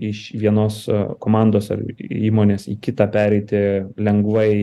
iš vienos komandos ar įmonės į kitą pereiti lengvai